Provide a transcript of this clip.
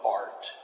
art